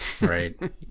Right